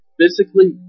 physically